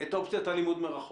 את אופציית הלימוד מרחוק.